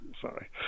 Sorry